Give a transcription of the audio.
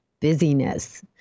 busyness